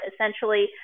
essentially